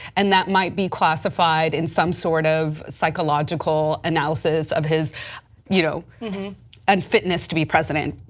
and that might be classified in some sort of psychological analysis of his you know unfitness to be president.